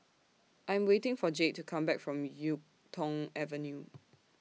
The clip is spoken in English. I Am waiting For Jade to Come Back from Yuk Tong Avenue